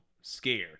scared